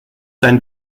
sein